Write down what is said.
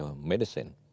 medicine